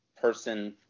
person